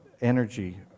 energy